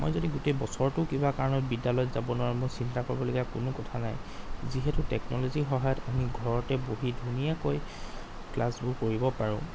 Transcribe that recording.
মই যদি গোটেই বছৰটো কিবা কাৰণত বিদ্যালয়ত যাব নোৱাৰোঁ মোৰ চিন্তা কৰিবলগীয়া কোনো কথা নাই যিহেতু টেকনলজিৰ সহায়ত আমি ঘৰতে বহি ধুনীয়াকৈ ক্লাছবোৰ কৰিব পাৰোঁ